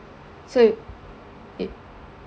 so if it